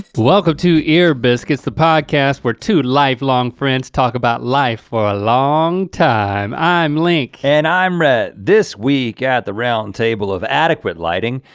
welcome to ear biscuits, the podcast where to lifelong friends talk about life for a long time. i'm link. and i'm rhett. this week at the round table of adequate lighting,